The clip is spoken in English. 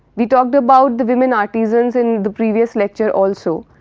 we talked about the women artisans in the previous lecture also.